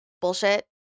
bullshit